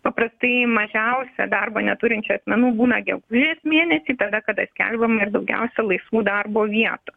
paprastai mažiausia darbo neturinčių asmenų būna gegužės mėnesį tada kada skelbiam ir daugiausia laisvų darbo vietų